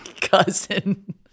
cousin